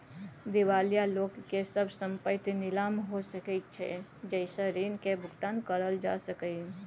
दिवालिया लोक के सब संपइत नीलाम हो सकइ छइ जइ से ऋण के भुगतान करल जा सकइ